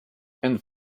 and